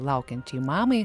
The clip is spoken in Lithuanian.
laukiančiai mamai